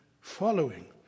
following